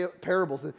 parables